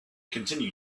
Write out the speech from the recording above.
continue